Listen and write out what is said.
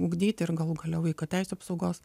ugdyti ir galų gale vaiko teisių apsaugos